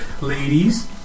Ladies